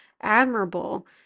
admirable